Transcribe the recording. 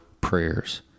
prayers